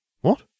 What